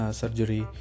surgery